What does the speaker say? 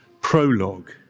prologue